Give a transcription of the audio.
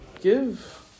Give